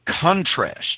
contrast